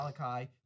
Malachi